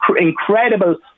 incredible